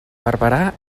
barberà